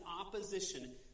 opposition